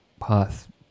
path